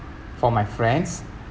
for my friends